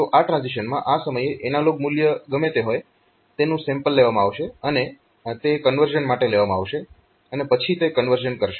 તો આ ટ્રાન્ઝીશનમાં આ સમયે એનાલોગ મૂલ્ય ગમે તે હોય તેનું સેમ્પલ લેવામાં આવશે અને તે કન્વર્ઝન માટે લેવામાં આવશે અને પછી તે કન્વર્ઝન કરશે